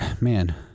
man